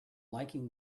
liking